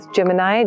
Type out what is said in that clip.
Gemini